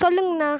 சொல்லுங்கண்ணா